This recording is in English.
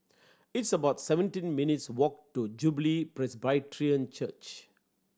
it's about seventeen minutes' walk to Jubilee Presbyterian Church